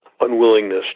unwillingness